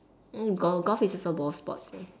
mm golf golf is also ball sports eh